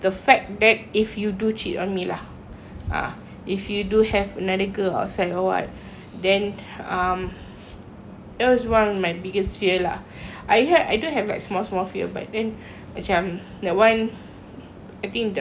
ha if you do have another girl outside or what then um that was one of my biggest fear lah I have I don't have like small small fear but then macam that one I think that if that happen terus cut ah